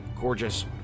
gorgeous